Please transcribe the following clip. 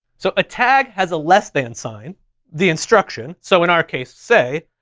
so a tag has a less than sign the instruction. so in our case, say,